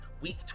week